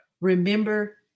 Remember